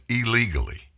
illegally